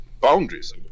boundaries